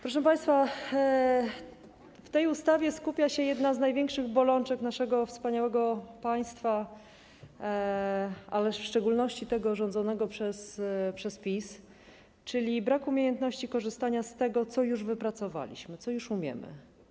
Proszę państwa, w tej ustawie skupia się jedna z największych bolączek naszego wspaniałego państwa, a już w szczególności tego rządzonego przez PiS, czyli brak umiejętności korzystania z tego, co już wypracowaliśmy, co już umiemy.